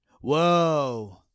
Whoa